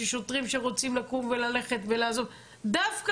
של שוטרים שרוצים לקום וללכת ולעזוב דווקא